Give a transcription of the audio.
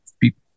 people